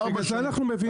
ארבע שנים,